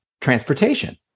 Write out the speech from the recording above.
transportation